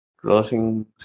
closing